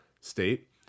state